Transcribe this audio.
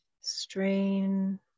strain